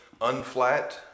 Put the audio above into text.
unflat